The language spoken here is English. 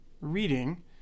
reading